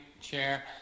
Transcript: Chair